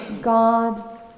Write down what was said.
God